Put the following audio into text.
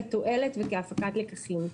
לתועלת וכהפקת לקחים.